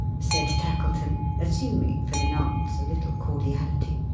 said tackleton, assuming, for the nonce, a little cordiality.